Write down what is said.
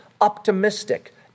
optimistic